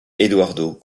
eduardo